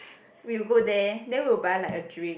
we will go there then we will buy like a drink